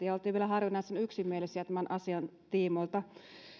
ja oltiin vielä harvinaisen yksimielisiä sen tiimoilta